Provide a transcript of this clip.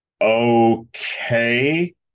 Okay